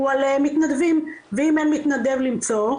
הוא על מתנדבים ואם אין מתנדב למצוא,